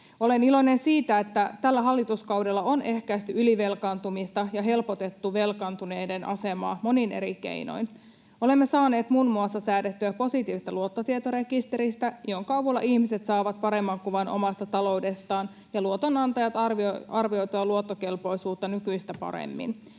Olen iloinen siitä, että tällä hallituskaudella on ehkäisty ylivelkaantumista ja helpotettu velkaantuneiden asemaa monin eri keinoin. Olemme saaneet muun muassa säädettyä positiivisesta luottotietorekisteristä, jonka avulla ihmiset saavat paremman kuvan omasta ta-loudestaan ja luotonantajat arvioitua luottokelpoisuutta nykyistä paremmin,